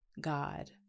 God